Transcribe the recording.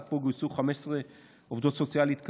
עד כה גויסו 15 עובדות סוציאליות כאלה,